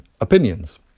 opinions